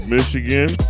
Michigan